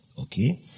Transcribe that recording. Okay